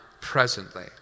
presently